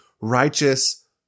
righteous